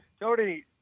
Tony—